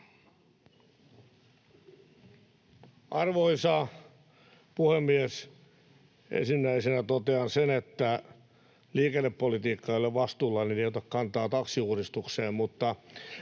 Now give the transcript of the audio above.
Arvoisa puhemies! Ensimmäisenä totean sen, että liikennepolitiikka ei ole vastuullani, eli en ota kantaa taksiuudistukseen